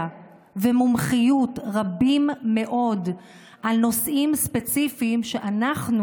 ומומחיות רבים מאוד על נושאים ספציפיים שאנחנו,